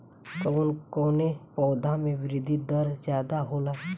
कवन कवने पौधा में वृद्धि दर ज्यादा होला?